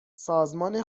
سازمان